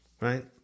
right